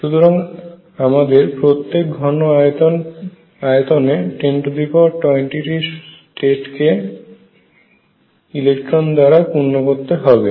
সুতরাং আমাদের প্রত্যেক ঘন আয়তনে 1022 স্টেট কে ইলেক্ট্রন দ্বারা পূর্ণ করতে হবে